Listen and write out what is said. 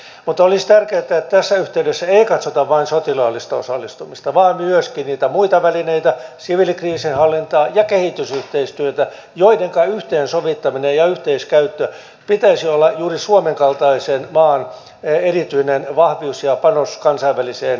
mutta olisi tärkeää että tässä yhteydessä ei katsota vain sotilaallista osallistumista vaan myöskin niitä muita välineitä siviilikriisinhallintaa ja kehitysyhteistyötä joidenka yhteensovittamisen ja yhteiskäytön pitäisi olla juuri suomen kaltaisen maan erityinen vahvuus ja panos kansainväliseen yhteistyöhön